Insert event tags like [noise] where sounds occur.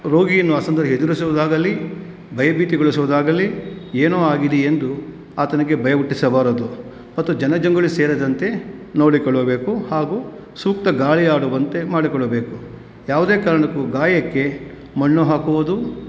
ರೋಗಿಯನ್ನು ಆ [unintelligible] ಎದುರಿಸುವುದಾಗಲಿ ಭಯ ಭೀತಿಗೊಳುಸುವುದಾಗಲಿ ಏನೋ ಆಗಿದೆ ಎಂದು ಆತನಿಗೆ ಭಯ ಹುಟ್ಟಿಸಬಾರದು ಮತ್ತು ಜನಜಂಗುಳಿ ಸೇರದಂತೆ ನೋಡಿಕೊಳ್ಳಬೇಕು ಹಾಗೂ ಸೂಕ್ತ ಗಾಳಿ ಆಡುವಂತೆ ಮಾಡಿಕೊಳ್ಳಬೇಕು ಯಾವುದೇ ಕಾರಣಕ್ಕೂ ಗಾಯಕ್ಕೆ ಮಣ್ಣು ಹಾಕುವುದು